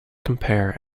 compare